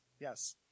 Yes